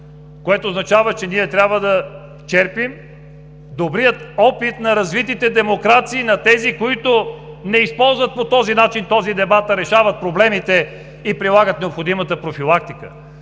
Това означава, че трябва да черпим добрия опит на развитите демокрации, на тези, които не използват по такъв начин този дебат, а решават проблемите и прилагат необходимата профилактика.